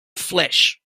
flesh